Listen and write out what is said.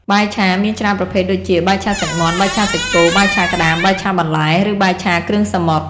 បាយឆា មានច្រើនប្រភេទដូចជា បាយឆាសាច់មាន់ បាយឆាសាច់គោ បាយឆាក្ដាម បាយឆាបន្លែ ឬបាយឆាគ្រឿងសមុទ្រ ។